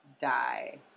die